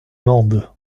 mende